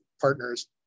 partners